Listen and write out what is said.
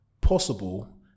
possible